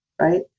right